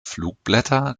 flugblätter